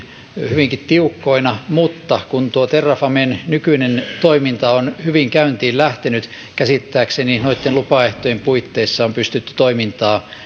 hyvinkin tiukkoina mutta kun tuo terrafamen nykyinen toiminta on hyvin käyntiin lähtenyt käsittääkseni noitten lupaehtojen puitteissa on pystytty toimintaa